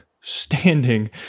standing